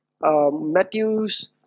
Matthews